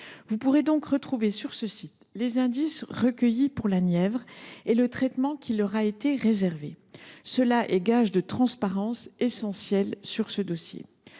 Vous pourrez y retrouver les indices recueillis pour la Nièvre et le traitement qui leur a été réservé. Cela apporte un gage de transparence essentiel dans ce dossier.